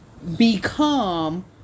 Become